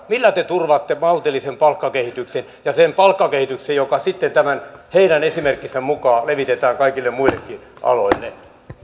millä te turvaatte maltillisen palkkakehityksen ja sen palkkakehityksen joka sitten tämän heidän esimerkkinsä mukaan levitetään kaikille muillekin aloille